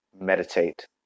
meditate